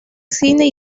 cine